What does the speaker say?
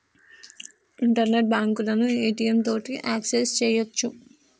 internet బాంకులను ATM తోటి access సెయ్యొచ్చు